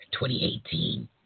2018